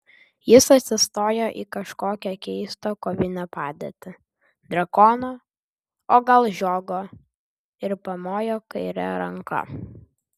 jis atsistojo į kažkokią keistą kovinę padėtį drakono o gal žiogo ir pamojo kaire ranka